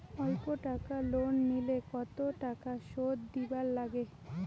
অল্প টাকা লোন নিলে কতো টাকা শুধ দিবার লাগে?